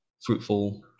fruitful